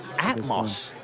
Atmos